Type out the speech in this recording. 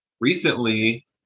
recently